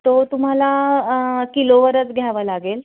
तो तुम्हाला किलोवरच घ्यावा लागेल